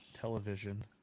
television